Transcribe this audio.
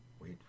Wait